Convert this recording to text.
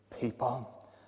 people